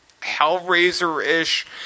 Hellraiser-ish